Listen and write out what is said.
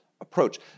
approach